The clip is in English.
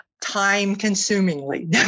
Time-consumingly